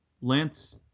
Lance